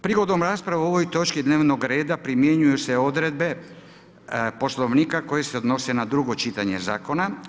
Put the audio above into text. Prigodom rasprave o ovoj točki dnevnog reda primjenjuju se odredbe Poslovnika koje se odnose na drugo čitanje Zakona.